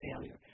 failure